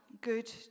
good